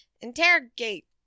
interrogate